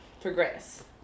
progress